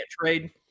trade